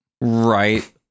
Right